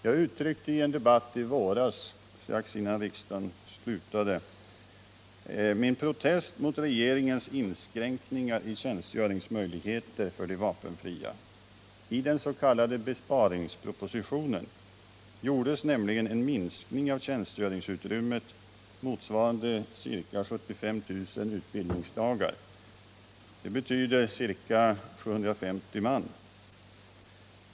Jag uttryckte i våras strax innan riksmötet slutade min protest mot regeringens inskränkningar i tjänstgöringsmöjligheter för de vapenfria. I den s.k. besparingspropositionen gjordes nämligen en minskning av tjänstgöringsutrymmet motsvarande ca 75 000 utbildningsdagar. Det betyder ca 750 man.